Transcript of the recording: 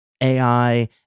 AI